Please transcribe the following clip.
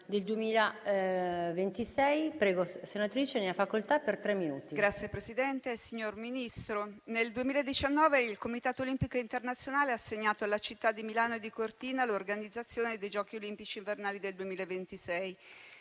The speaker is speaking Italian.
*(M5S)*. Signor Ministro, nel 2019 il Comitato olimpico internazionale ha assegnato alle città di Milano e di Cortina l'organizzazione dei Giochi olimpici invernali del 2026.